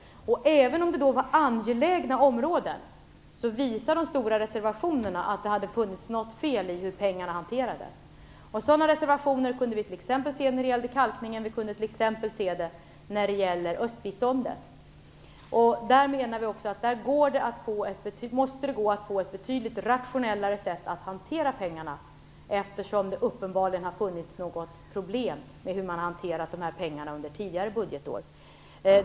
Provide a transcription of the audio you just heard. Även om det var angelägna områden visar de stora reservationerna att det hade varit något fel med hur pengarna hanterades. Sådana reservationer kunde vi se t.ex. när det gällde kalkningen och östbiståndet. Vi menar att där måste det gå att få ett betydligt rationellare sätt att hantera pengarna, eftersom det uppenbarligen varit något problem med hur de här pengarna hanterats under tidigare budgetår.